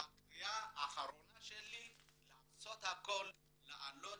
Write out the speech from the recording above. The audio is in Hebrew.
הקריאה האחרונה שלי היא לעשות הכול להעלות